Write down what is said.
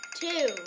Two